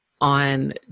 on